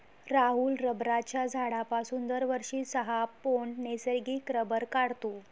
राहुल रबराच्या झाडापासून दरवर्षी सहा पौंड नैसर्गिक रबर काढतो